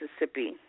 Mississippi